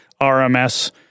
RMS